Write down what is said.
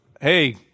hey